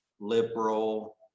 liberal